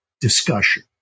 discussion